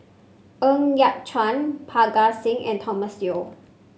Ng Yat Chuan Parga Singh and Thomas Yeo